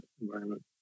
environment